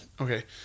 Okay